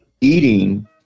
eating